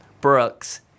Brooks